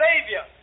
Savior